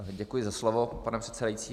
Děkuji za slovo, pane předsedající.